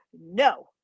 no